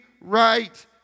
right